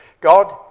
God